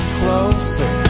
closer